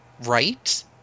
Right